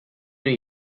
new